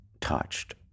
touched